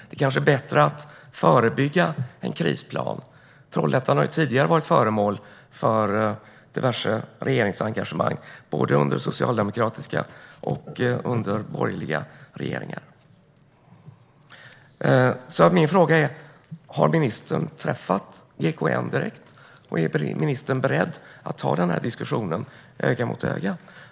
Det kanske är bättre att förebygga en krisplan. Trollhättan har ju tidigare varit föremål för diverse regeringsengagemang, både under socialdemokratiska och borgerliga regeringar. Min fråga är alltså om ministern har träffat GKN direkt. Är ministern beredd att ta diskussionen öga mot öga?